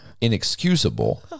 inexcusable